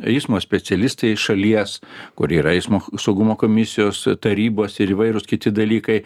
eismo specialistai šalies kur yra eismo saugumo komisijos tarybos ir įvairūs kiti dalykai